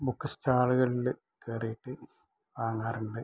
book സ്റ്റാളുകളിൽ കയറിയിട്ട് വാങ്ങാറുണ്ട്